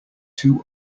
two